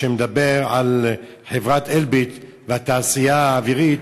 שמדבר על חברת "אלביט" והתעשייה האווירית,